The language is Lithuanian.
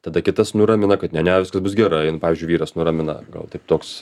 tada kitas nuramina kad ne ne viskas bus gerai nu pavyzdžiui vyras nuramina gal taip toks